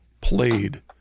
played